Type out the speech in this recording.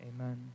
Amen